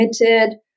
limited